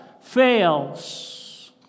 fails